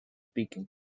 speaking